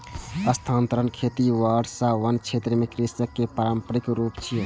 स्थानांतरण खेती वर्षावन क्षेत्र मे कृषिक पारंपरिक रूप छियै